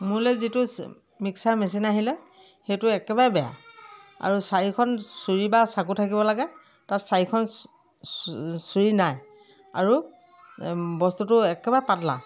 মোলৈ যিটো mixer machine আহিলে সেইটো একেবাৰে বেয়া আৰু চাৰিখন চুৰি বা চাকু থাকিব লাগে তাত চাৰিখন চুৰি নাই আৰু বস্তুটো একেবাৰে পাতলা